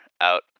out